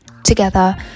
Together